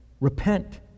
Repent